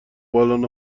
بالن